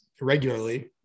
regularly